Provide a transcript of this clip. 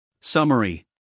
Summary